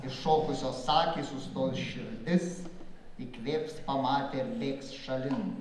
iššokusios akys sustojus širdis įkvėps pamatę ir bėgs šalin